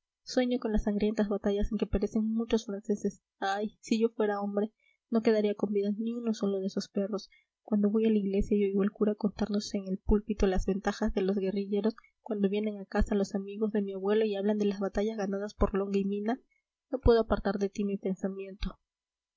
sueño con las sangrientas batallas en que perecen muchos franceses ay si yo fuera hombre no quedaría con vida ni uno solo de esos perros cuando voy a la iglesia y oigo al cura contarnos en el púlpito las ventajas de los guerrilleros cuando vienen a casa los amigos de mi abuelo y hablan de las batallas ganadas por longa y mina no puedo apartar de ti mi pensamiento